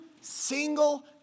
single